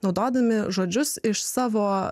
naudodami žodžius iš savo